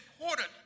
important